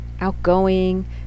outgoing